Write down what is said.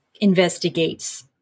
investigates